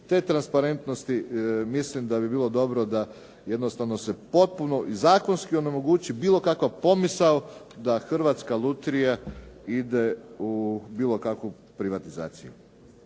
te transparentnosti misli da bi bilo dobro da jednostavno se potpuno i zakonski onemogući bilo kakva pomisao da Hrvatska lutrija ide u bilo kakvu privatizaciju.